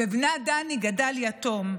ובנה דני גדל יתום,